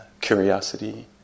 curiosity